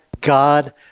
God